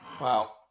Wow